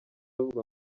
bavuga